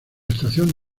estación